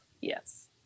yes